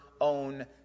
own